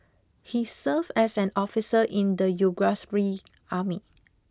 he served as an officer in the Yugoslav army